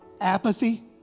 Apathy